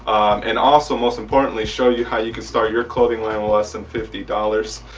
and also most importantly show you how you can start your clothing line less than fifty dollars